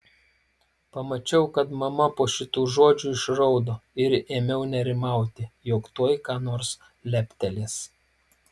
pamačiau kad mama po šitų žodžių išraudo ir ėmiau nerimauti jog tuoj ką nors leptelės